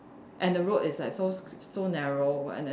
and road is like so so narrow and then